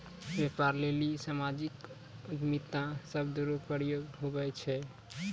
व्यापार लेली सामाजिक उद्यमिता शब्द रो प्रयोग हुवै छै